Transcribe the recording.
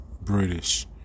British